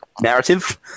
narrative